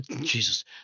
Jesus